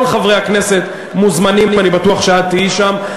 כל חברי הכנסת מוזמנים, אני בטוח שאת תהיי שם.